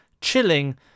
chilling